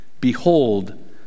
Behold